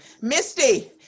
misty